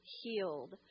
healed